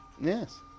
Yes